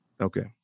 Okay